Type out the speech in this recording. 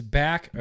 back